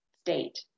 state